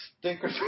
stinker